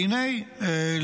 והינה,